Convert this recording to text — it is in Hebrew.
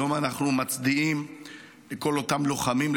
היום אנחנו מצדיעים לכל אותם לוחמים,